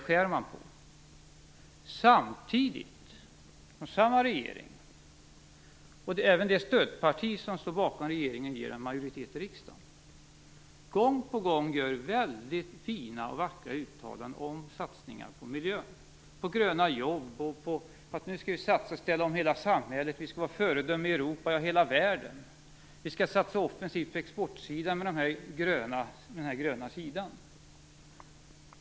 Samtidigt gör regeringen, och även det stödparti som ger regeringen en majoritet i riksdagen, gång på gång väldigt fina och vackra uttalanden om satsningar på miljön, på gröna jobb, på att det nu skall satsas på en omställning av hela samhället, på att Sverige skall vara ett föredöme i Europa och i hela världen, på att det skall satsas offensivt på export med den gröna sidan.